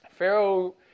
Pharaoh